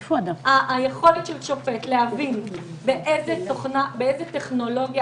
היכולת של שופט להבין באיזה טכנולוגיה,